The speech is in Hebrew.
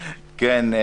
כן.